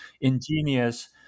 ingenious